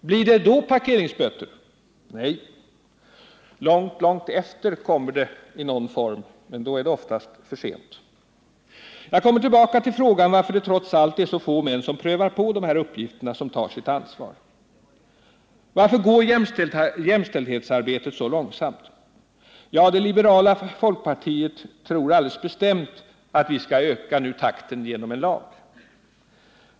Blir det då parkeringsböter? Nej, långt, långt efter kommer de i någon form, men då är det oftast för sent. Jag kommer tillbaka till frågan varför det trots allt är så få män som prövar på dessa uppgifter, som tar sitt ansvar. Varför går jämställdhetsarbetet så långsamt? Det liberala folkpartiet tror alldeles bestämt att vi genom en lag skall kunna öka takten.